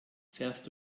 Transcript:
fährst